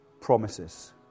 promises